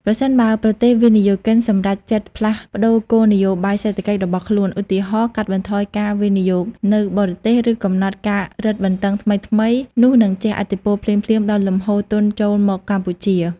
ប្រសិនបើប្រទេសវិនិយោគិនសម្រេចចិត្តផ្លាស់ប្តូរគោលនយោបាយសេដ្ឋកិច្ចរបស់ខ្លួន ឧទាហរណ៍ កាត់បន្ថយការវិនិយោគនៅបរទេស ឬកំណត់ការរឹតបន្តឹងថ្មីៗ នោះនឹងជះឥទ្ធិពលភ្លាមៗដល់លំហូរទុនចូលមកកម្ពុជា។